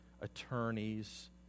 attorneys